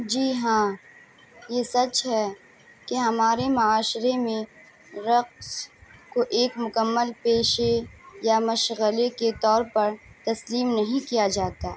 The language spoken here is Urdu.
جی ہاں یہ سچ ہے کہ ہمارے معاشرے میں رقص کو ایک مکمل پیشے یا مشغلے کے طور پر تسلیم نہیں کیا جاتا